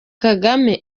kagame